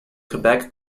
quebec